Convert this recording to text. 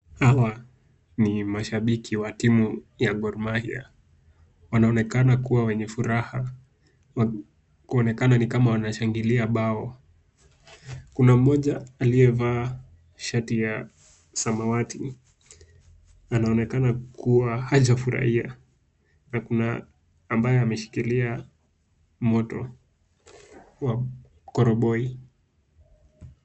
Hawa ni mashabiki wa timu ya Gor Mahia wanaonekana kuwa wenye furaha kuonekana ni kama wanashangilia bao. Kuna mmoja aliyevaa shati ya samawati anaonekana kuwa hajafurahia na kuna ambaye ameshikilia moto wa koroboi.